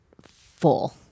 full